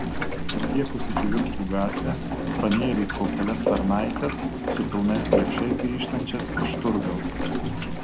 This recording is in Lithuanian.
pasiekusi kivirčų gatvę pranėrė pro kelias tarnaites su pilnais krepšiais grįžtančias iš turgaus